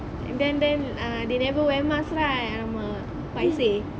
and then then ah they never wear mask right !alamak! paiseh